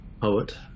Poet